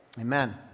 Amen